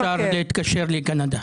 אז אפשר להתקשר לקנדה.